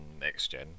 next-gen